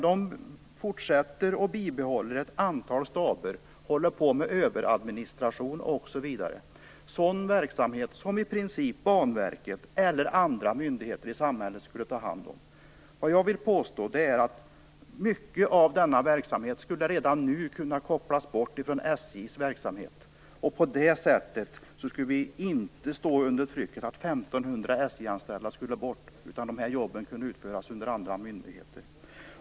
SJ fortsätter att behålla ett antal staber, överadministration osv. Det är verksamhet som Banverket eller andra myndigheter i samhället i princip skulle kunna ta hand om. Jag vill påstå att mycket av denna verksamhet redan nu skulle kunna kopplas bort från SJ. På det sättet skulle vi inte nu stå under trycket att 1 500 SJ-anställda skall bort. Dessa jobb kan utföras under andra myndigheter.